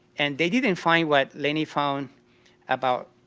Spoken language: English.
and they didn't find what lenny found about.